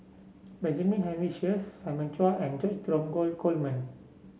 Benjamin Henry Sheares Simon Chua and George Dromgold Coleman